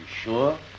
sure